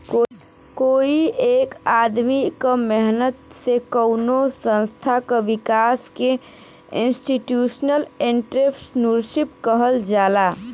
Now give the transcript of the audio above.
कोई एक आदमी क मेहनत से कउनो संस्था क विकास के इंस्टीटूशनल एंट्रेपर्नुरशिप कहल जाला